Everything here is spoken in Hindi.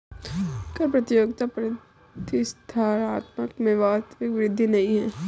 कर प्रतियोगिता प्रतिस्पर्धात्मकता में वास्तविक वृद्धि नहीं है